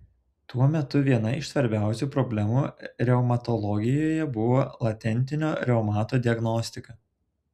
tuo metu viena iš svarbiausių problemų reumatologijoje buvo latentinio reumato diagnostika